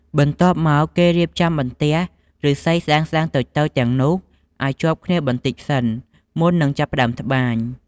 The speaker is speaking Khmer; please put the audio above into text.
បន្ទាប់មក គេរៀបបន្ទះឫស្សីស្តើងតូចៗទាំងនោះឲ្យជាប់គ្នាបន្តិចសិន មុននឹងចាប់ផ្តើមត្បាញ។